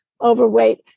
overweight